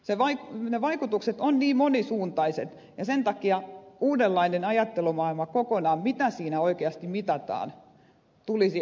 ne vaikutukset ovat niin monisuuntaiset ja sen takia uudenlainen ajattelumaailma kokonaan mitä siinä oikeasti mitataan tulisi ottaa huomioon